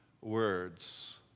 words